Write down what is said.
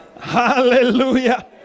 Hallelujah